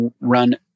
run